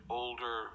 older